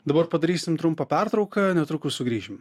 dabar padarysim trumpą pertrauką netrukus sugrįšim